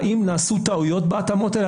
האם נעשו טעויות בהתאמות האלה?